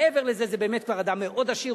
מעבר לזה זה באמת כבר אדם מאוד עשיר,